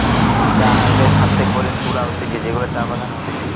চা হারভেস্ট হাতে করে তুলা হতিছে যেগুলা চা বাগানে হতিছে